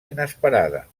inesperada